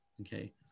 Okay